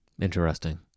Interesting